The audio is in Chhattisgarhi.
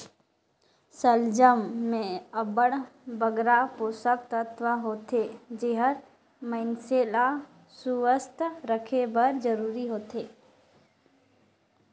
सलजम में अब्बड़ बगरा पोसक तत्व होथे जेहर मइनसे ल सुवस्थ रखे बर जरूरी होथे